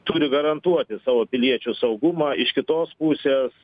turi garantuoti savo piliečių saugumą iš kitos pusės